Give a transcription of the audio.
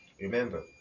Remember